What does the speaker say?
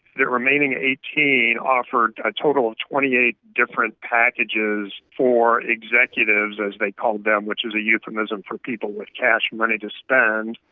remaining eighteen offered a total of twenty eight different packages for executives, as they called them, which is a euphemism for people with cash money to spend,